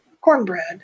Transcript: cornbread